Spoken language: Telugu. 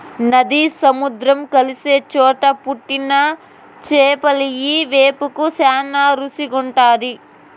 నది, సముద్రం కలిసే చోట పుట్టిన చేపలియ్యి వేపుకు శానా రుసిగుంటాది